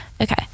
Okay